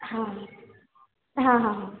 हाँ हाँ हाँ हाँ